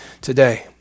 today